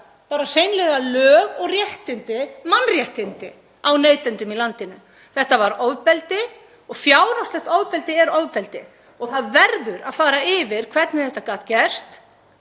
bara hreinlega lög og réttindi, mannréttindi, á neytendum í landinu. Þetta var ofbeldi og fjárhagslegt ofbeldi er ofbeldi. Það verður að fara yfir hvernig þetta gat gerst